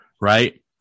right